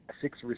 six